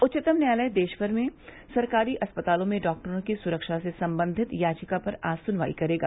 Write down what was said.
उच्चतम न्यायालय देशमर में सरकारी अस्पतालों में डॉक्टरों की सुरक्षा से संबंधित याचिका पर आज सुनवाई करेगा